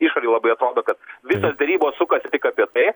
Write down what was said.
išorėj labai atrodo kad visos derybos sukasi tik apie tai